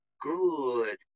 good